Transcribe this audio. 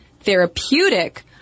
therapeutic